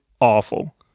awful